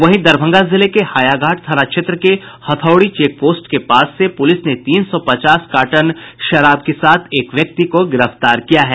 वहीं दरभंगा जिले के हायाघाट थाना क्षेत्र के हथौड़ी चेक पोस्ट के पास से पुलिस ने तीन सौ पचास कार्टन शराब के साथ एक व्यक्ति को गिरफ्तार किया है